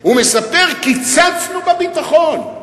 הוא מספר: קיצצנו בביטחון.